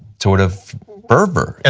sort of fervor. and